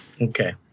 Okay